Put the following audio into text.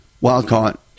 wild-caught